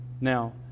Now